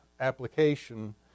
application